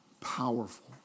powerful